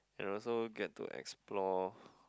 they also get to explore